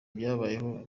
byabayeho